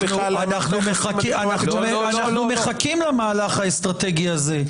סליחה --- אנחנו מחכים למהלך האסטרטגי הזה,